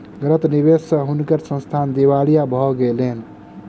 गलत निवेश स हुनकर संस्थान दिवालिया भ गेलैन